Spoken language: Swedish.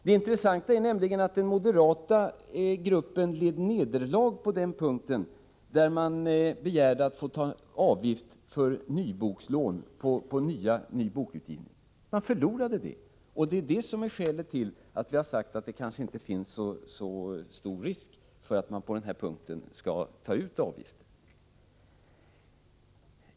Det intressanta är att den moderata gruppen led nederlag när man begärde att få ta ut avgifter för boklån på nyutgivna böcker. De förlorade på den punkten, och det är skälet till att vi har sagt att det kanske inte är så stor risk för att man skall ta ut avgifter.